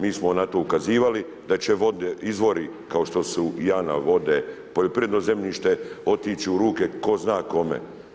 Mi smo na to ukazivali da će izvori kao što su Jana vode, poljoprivredno zemljište otići u ruke tko zna kome.